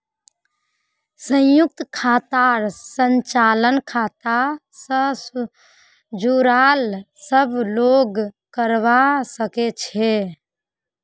संयुक्त खातार संचालन खाता स जुराल सब लोग करवा सके छै